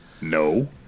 No